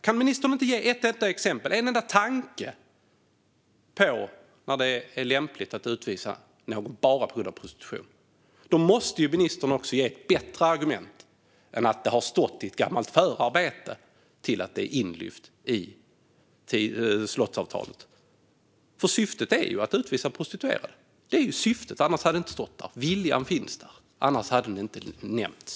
Kan ministern inte göra det, inte ge en enda tanke om när det är lämpligt att utvisa någon bara på grund av prostitution, måste ministern ge ett bättre argument för att det är inlyft i slottsavtalet än att det har stått i ett gammalt förarbete. Syftet är ju att utvisa prostituerade, annars hade det inte stått där. Viljan finns där, annars hade det inte nämnts.